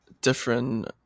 different